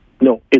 No